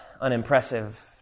unimpressive